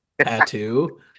tattoo